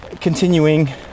continuing